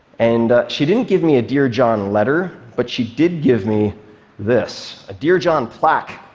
and she didn't give me a dear john letter, but she did give me this, a dear john plaque.